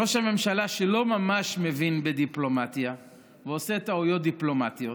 ראש ממשלה שלא ממש מבין בדיפלומטיה ועושה טעויות דיפלומטיות,